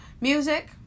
music